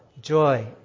joy